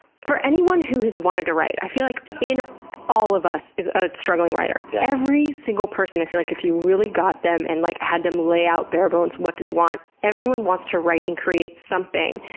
for anyone who has wanted to write, i feel like, in all of us is a struggling writer. every single person, i feel like, if you really got them, and like had them lay out bare bones, what do they want? everyone wants to write and create something.